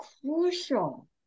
crucial